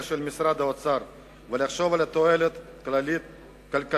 של משרד האוצר ולחשוב על התועלת הכללית